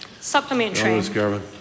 Supplementary